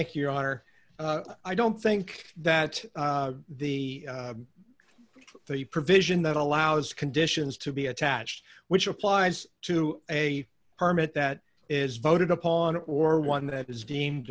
honor i don't think that the the provision that allows conditions to be attached which applies to a permit that is voted upon or one that is deemed